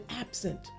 absent